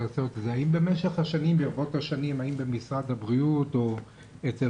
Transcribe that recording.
האם ברבות השנים במשרד הבריאות או אצל